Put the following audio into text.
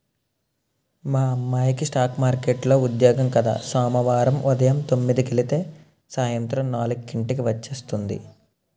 మా అమ్మాయికి స్ఠాక్ మార్కెట్లో ఉద్యోగం కద సోమవారం ఉదయం తొమ్మిదికెలితే సాయంత్రం నాలుక్కి ఇంటికి వచ్చేస్తుంది